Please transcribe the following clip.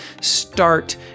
start